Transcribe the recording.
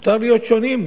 שמותר להיות שונים,